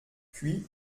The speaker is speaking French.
puis